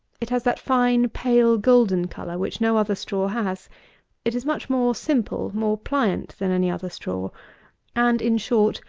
it has that fine, pale, golden colour which no other straw has it is much more simple, more pliant than any other straw and, in short,